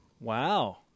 Wow